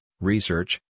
research